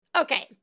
Okay